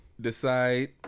decide